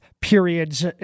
periods